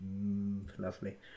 Lovely